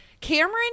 Cameron